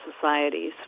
societies